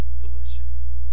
delicious